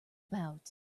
about